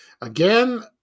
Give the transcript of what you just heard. Again